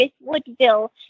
Woodville